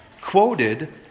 quoted